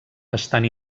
estan